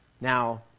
now